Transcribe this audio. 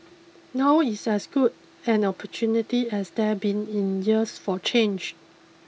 now is as good an opportunity as there been in years for change